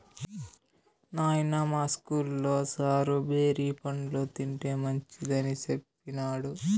నాయనా, మా ఇస్కూల్లో సారు బేరి పండ్లు తింటే మంచిదని సెప్పినాడు